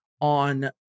on